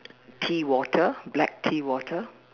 tea water black tea water